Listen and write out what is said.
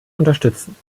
unterstützen